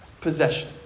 possession